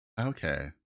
Okay